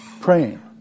praying